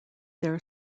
their